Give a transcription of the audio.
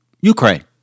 Ukraine